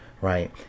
right